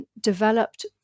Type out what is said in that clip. Developed